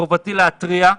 מחובתי להתריע,